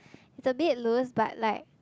it's a bit loose but like